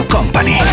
Company